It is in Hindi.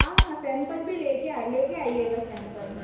हाँ हाँ सैम्पल भी ले कर आ ले कर आइएगा सैम्पल